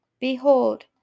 Behold